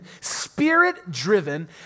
spirit-driven